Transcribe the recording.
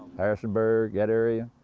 harrisonburg, that area.